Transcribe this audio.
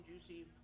juicy